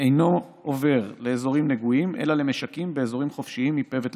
אינו עובר לאזורים נגועים אלא למשקים באזורים חופשיים מפה וטלפיים,